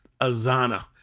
Azana